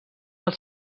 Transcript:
del